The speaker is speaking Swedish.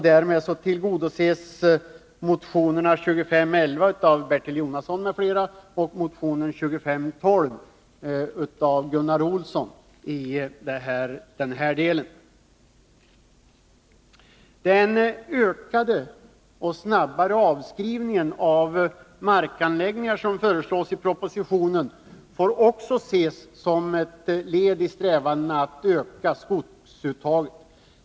Därmed tillgodoses motionerna 2511 av Bertil Jonasson m.fl. och 2512 av Gunnar Olsson i denna del. Den ökade och snabbare avskrivningen av markanläggningar som föreslås i propositionen får också ses som ett led i strävandena att öka skogsuttaget.